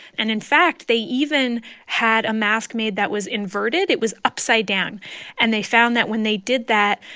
and, in fact, they even had a mask made that was inverted. it was upside-down. and they found that when they did that,